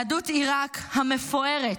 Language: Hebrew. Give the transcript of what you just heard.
יהדות עיראק המפוארת,